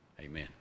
Amen